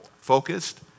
focused